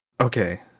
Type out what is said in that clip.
Okay